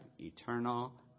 eternal